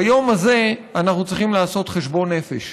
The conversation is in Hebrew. ביום הזה אנחנו צריכים לעשות חשבון נפש,